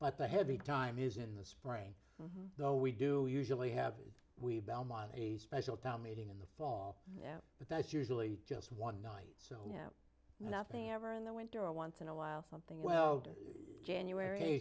but the heavy time is in the spring though we do usually have we belmont a special town meeting in the fall yeah but that's usually just one night so yeah nothing ever in the winter once in a while something well january